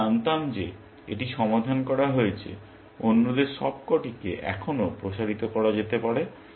যদি আমি জানতাম যে এটি সমাধান করা হয়েছে অন্যদের সবকটিকে এখনও প্রসারিত করা হতে পারে